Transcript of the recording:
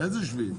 איזו שביעית?